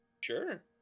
sure